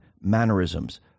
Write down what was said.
mannerisms